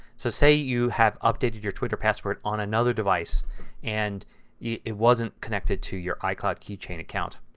so say you have updated your twitter password on another device and it wasn't connected to your icloud keychain account.